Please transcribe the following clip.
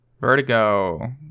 vertigo